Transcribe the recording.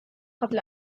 قبل